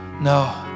No